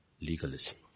legalism